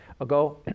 ago